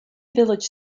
village